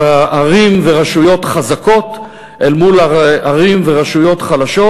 ערים ורשויות חזקות אל מול ערים ורשויות חלשות,